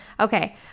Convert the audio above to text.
Okay